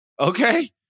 Okay